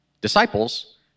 Disciples